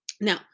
Now